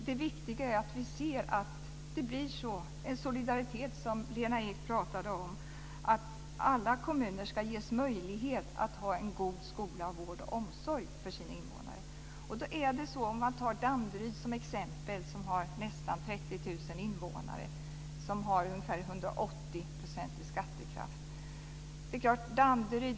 Det viktiga är att vi får den solidaritet som Lena Ek talade om, dvs. att alla kommuner ska ges möjlighet att ha god skola, vård och omsorg för sina invånare. Danderyd kan tas som exempel. Där finns det nästan 30 000 invånare och nästan 180 % skattekraft.